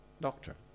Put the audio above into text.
doctor